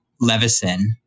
Levison